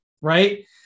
right